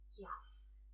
Yes